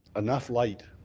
enough light